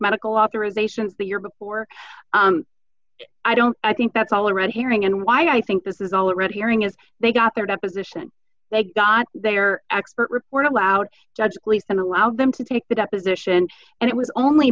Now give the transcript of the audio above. medical authorization the year before i don't i think that's all a red herring and why i think this is all a red herring is they got their deposition they got their expert report allowed judge please and allow them to take the deposition and it was only